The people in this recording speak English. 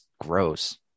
gross